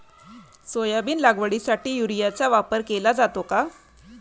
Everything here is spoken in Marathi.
सोयाबीन लागवडीसाठी युरियाचा वापर केला जातो का?